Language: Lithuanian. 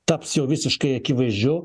taps jau visiškai akivaizdžiu